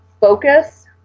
focus